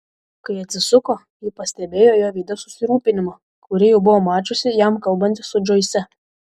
kai atsisuko ji pastebėjo jo veide susirūpinimą kurį jau buvo mačiusi jam kalbantis su džoise